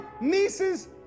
nieces